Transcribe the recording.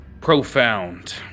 profound